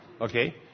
Okay